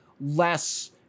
less